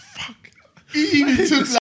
fuck